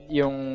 yung